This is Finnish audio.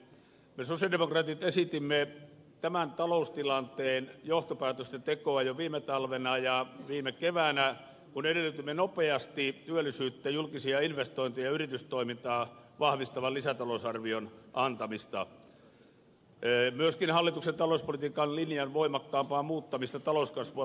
me sosialidemokraatit esitimme tämän taloustilanteen johtopäätösten tekoa jo viime talvena ja viime keväänä kun edellytimme nopeasti työllisyyttä julkisia investointeja ja yritystoimintaa vahvistavan lisätalousarvion antamista myöskin hallituksen talouspolitiikan linjan voimakkaampaa muuttamista talouskasvua tukeviin elvytystoimiin